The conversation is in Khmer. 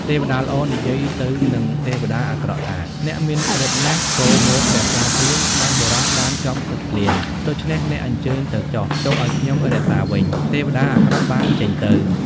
ទេវតាល្អនិយាយទៅនឹងទេវតាអាក្រក់ថា “អ្នកមានរិទ្ធិណាស់ចូលមករក្សាភ្លាមស្តេចបុរសបានជាប់គុកភ្លាមដូច្នេះអ្នកអញ្ជើញទៅចុះទុកអោយខ្ញុំរក្សាវិញ ទេវតាអាក្រក់បានចេញទៅ។